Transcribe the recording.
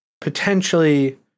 potentially